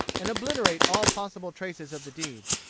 and obliterate all possible traces of the deed.